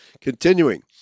Continuing